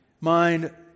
mind